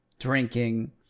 Drinking